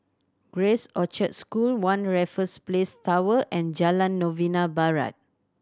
Grace Orchard School One Raffles Place Tower and Jalan Novena Barat